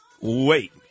Wait